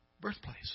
birthplace